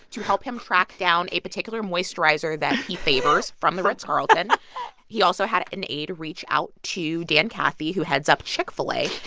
to help him track down a particular moisturizer that he favors from the ritz carlton he also had an aide reach out to dan cathy, who heads up chick-fil-a.